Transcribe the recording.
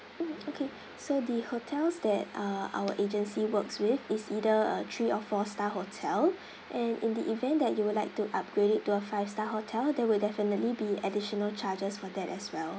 mm okay so the hotels that uh our agency works with is either a three or four star hotel and in the event that you would like to upgrade it to a five star hotel there will definitely be additional charges for that as well